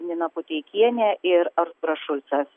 nina puteikienė ir artūras šulcas